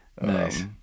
Nice